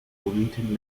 bloomington